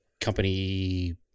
company